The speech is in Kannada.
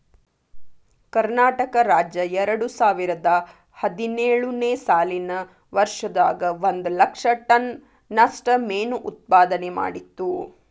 ಕರ್ನಾಟಕ ರಾಜ್ಯ ಎರಡುಸಾವಿರದ ಹದಿನೇಳು ನೇ ಸಾಲಿನ ವರ್ಷದಾಗ ಒಂದ್ ಲಕ್ಷ ಟನ್ ನಷ್ಟ ಮೇನು ಉತ್ಪಾದನೆ ಮಾಡಿತ್ತು